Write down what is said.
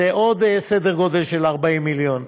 זה עוד סדר גודל של 40 מיליון.